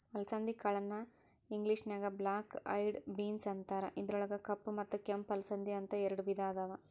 ಅಲಸಂದಿ ಕಾಳನ್ನ ಇಂಗ್ಲೇಷನ್ಯಾಗ ಬ್ಲ್ಯಾಕ್ ಐಯೆಡ್ ಬೇನ್ಸ್ ಅಂತಾರ, ಇದ್ರೊಳಗ ಕಪ್ಪ ಮತ್ತ ಕೆಂಪ ಅಲಸಂದಿ, ಅಂತ ಎರಡ್ ವಿಧಾ ಅದಾವ